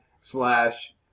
slash